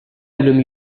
үлем